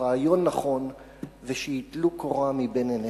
הרעיון נכון ושייטלו קורה מבין עיניהם.